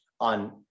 on